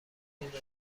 بانکیش